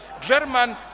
German